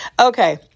okay